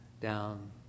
down